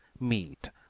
meet